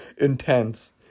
intense